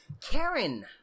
Karen